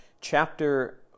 chapter